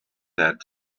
that